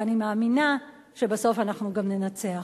ואני מאמינה שבסוף אנחנו גם ננצח.